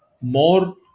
more